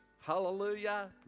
Hallelujah